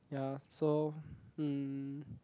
ya so mm